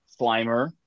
Slimer